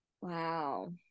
Wow